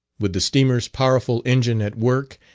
with the steamer's powerful engine at work,